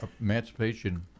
Emancipation